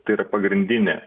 tai yra pagrindinė